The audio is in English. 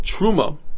Truma